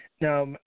Now